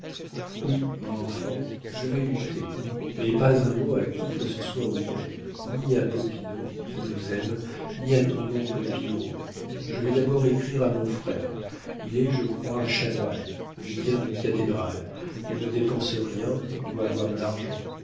oui mon enfant je vais lutter mais pas un mot à qui que ce soit au monde ni à popinot qui nous aime ni à ton oncle pillerault je vais d'abord écrire à mon frère il est je crois chanoine vicaire d'une cathédrale il ne dépense rien il doit avoir de l'argent